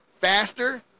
faster